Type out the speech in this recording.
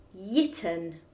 yitten